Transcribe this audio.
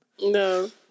no